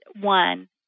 one